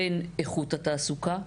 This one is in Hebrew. בין איכות התעסוקה,